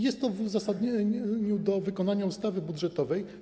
Jest to w uzasadnieniu do wykonania ustawy budżetowej.